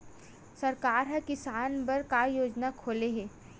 सरकार ह किसान बर का योजना खोले हे?